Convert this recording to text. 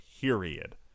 period